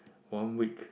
one week